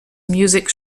music